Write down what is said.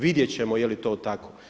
Vidjeti ćemo je li to tako.